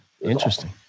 Interesting